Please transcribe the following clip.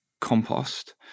compost